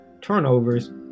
turnovers